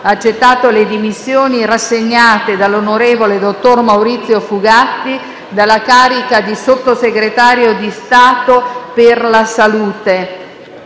accettato le dimissioni rassegnate dall'on. dott. Maurizio FUGATTI dalla carica di Sottosegretario di Stato per la Salute.